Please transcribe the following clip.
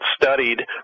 studied